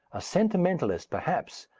a sentimentalist, perhaps,